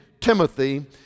Timothy